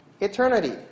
Eternity